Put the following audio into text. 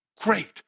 great